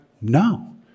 no